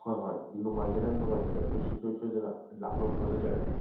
ꯍꯣꯏ ꯍꯣꯏ ꯅꯨꯡꯉꯥꯏꯖꯔꯦ ꯅꯨꯡꯉꯥꯏꯖꯔꯦ ꯑꯩꯈꯣꯏ ꯁꯨꯡꯁꯣꯏ ꯁꯣꯏꯗꯅ ꯂꯥꯛꯅꯕ ꯍꯣꯠꯅꯖꯔꯒꯦ